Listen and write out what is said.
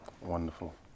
Wonderful